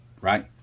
Right